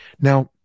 Now